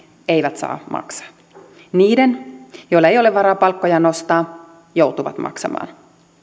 eivät saa maksaa ne joilla ei ole varaa palkkoja nostaa joutuvat maksamaan